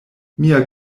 mia